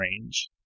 range